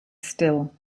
still